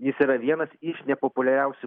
jis yra vienas iš nepopuliariausių